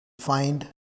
find